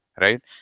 right